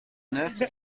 neuf